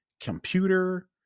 computer